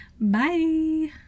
Bye